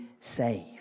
saved